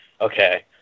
okay